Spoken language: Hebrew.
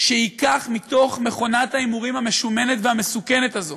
שייקח מתוך מכונת ההימורים המשומנת והמסוכנת הזאת